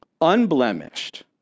unblemished